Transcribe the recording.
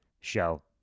Show